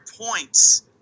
points